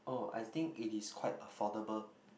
uh I think it is quite affordable